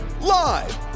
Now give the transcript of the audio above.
live